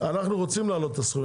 אנחנו רוצים להעלות את הסכומים,